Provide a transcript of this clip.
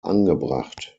angebracht